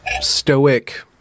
stoic